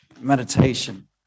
meditation